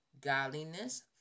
godliness